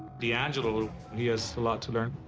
d'angelo, he has a lot to learn,